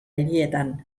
hirietan